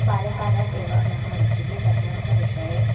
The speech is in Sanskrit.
बाल्यकालाद् एव मम रुचिः सङ्गणकविषये